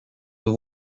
the